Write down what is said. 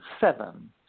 seven